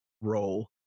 role